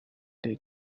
they